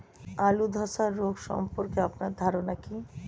আলু ধ্বসা রোগ সম্পর্কে আপনার ধারনা কী?